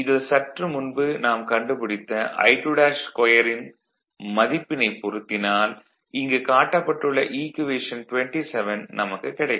இதில் சற்று முன்பு நாம் கண்டுபிடித்த I22 என்பதன் மதிப்பினைப் பொருத்தினால் இங்கு காட்டப்பட்டுள்ள ஈக்குவேஷன் 27 நமக்குக் கிடைக்கும்